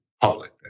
public